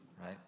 right